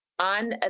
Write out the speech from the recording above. on